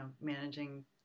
managing